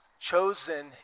chosen